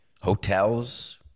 hotels